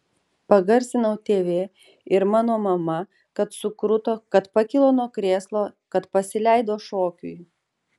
pagarsinau tv ir mano mama kad sukruto kad pakilo nuo krėslo kad pasileido šokiui